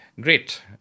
Great